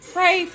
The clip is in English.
Pray